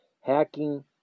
Hacking